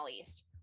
east